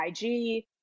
IG